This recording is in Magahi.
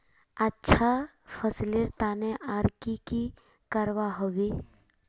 अच्छा फसलेर तने आर की की करवा होबे?